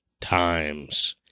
times